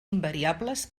invariables